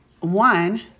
one